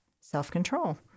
self-control